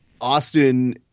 Austin